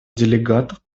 делегатов